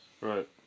Right